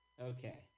Okay